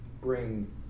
bring